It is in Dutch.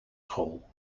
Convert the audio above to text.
school